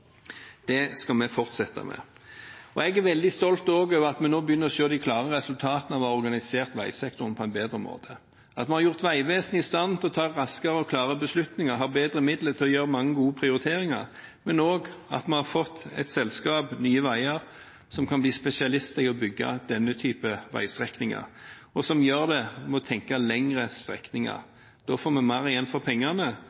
Det skal vi fortsette med. Jeg er veldig stolt også over at vi nå begynner å se de klare resultatene av å ha organisert veisektoren på en bedre måte, at vi har gjort Vegvesenet i stand til å ta raskere og klare beslutninger, at de har bedre midler til å gjøre mange gode prioriteringer, men også at vi har fått et selskap, Nye Veier, som kan bli spesialist i å bygge denne typen veistrekninger, og som gjør det ved å tenke lengre